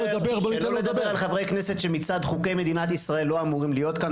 שלא לדבר על חברי כנסת שמצד חוקי ישראל לא אמורים להיות כאן,